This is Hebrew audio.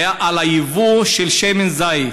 על הייבוא של שמן זית.